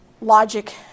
logic